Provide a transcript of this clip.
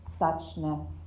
suchness